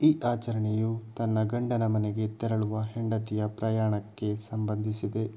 ಈ ಆಚರಣೆಯು ತನ್ನ ಗಂಡನ ಮನೆಗೆ ತೆರಳುವ ಹೆಂಡತಿಯ ಪ್ರಯಾಣಕ್ಕೆ ಸಂಬಂಧಿಸಿದೆ